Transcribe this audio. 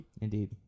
indeed